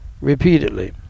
repeatedly